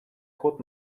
ход